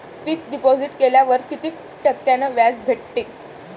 Fix deposit केल्यावर कितीक टक्क्यान व्याज भेटते?